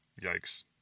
Yikes